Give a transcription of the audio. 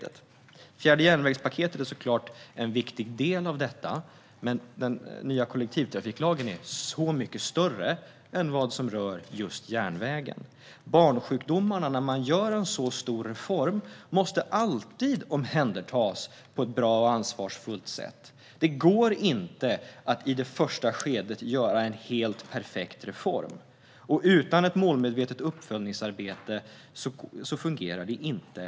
Det fjärde järnvägspaketet är såklart en viktig del av detta, men den nya kollektivtrafiklagen är mycket större än det som rör just järnvägen. Barnsjukdomarna när man gör en stor reform måste alltid omhändertas på ett bra och ansvarsfullt sätt. Det går inte att göra en helt perfekt reform i det första skedet, och utan ett målmedvetet uppföljningsarbete fungerar det inte.